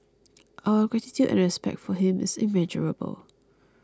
our gratitude and respect for him is immeasurable